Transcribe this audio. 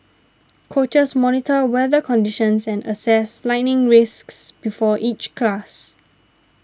coaches monitor weather conditions and assess lightning risks before each class